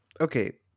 okay